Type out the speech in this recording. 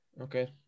okay